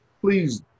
Please